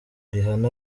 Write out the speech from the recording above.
rihanna